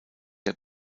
der